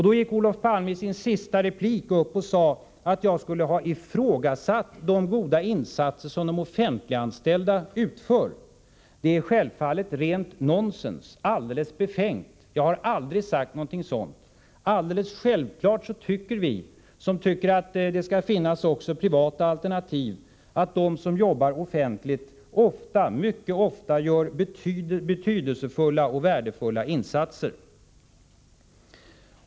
Då gick Olof Palme i sin sista replik upp och sade att jag skulle ha ifrågasatt de goda insatser som de offentliganställda utför. Det är självfallet rent nonsens, alldeles befängt. Jag har aldrig sagt någonting sådant. Det är alldeles självklart att vi som tycker att det skall finnas också privata alternativ anser att de som jobbar offentligt mycket ofta gör betydelsefulla och värdefulla insatser.